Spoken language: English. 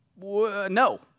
no